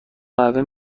قهوه